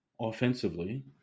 offensively